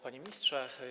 Panie Ministrze!